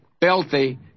filthy